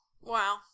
Wow